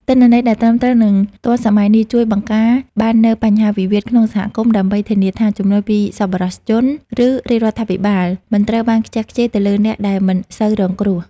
ទិន្នន័យដែលត្រឹមត្រូវ និងទាន់សម័យនេះ ជួយបង្ការបាននូវបញ្ហាវិវាទក្នុងសហគមន៍ និងធានាថាជំនួយពីសប្បុរសជន ឬរាជរដ្ឋាភិបាល មិនត្រូវបានខ្ជះខ្ជាយទៅលើអ្នកដែលមិនសូវរងគ្រោះ។